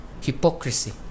hypocrisy